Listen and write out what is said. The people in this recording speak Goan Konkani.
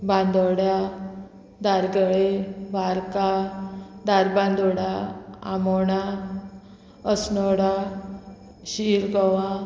बांदोड्या दारगळे वार्का दारबांदोडा आमोणा असनोडा शिरगोवा